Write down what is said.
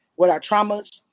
with our traumas.